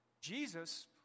Jesus